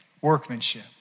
workmanship